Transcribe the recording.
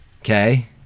Okay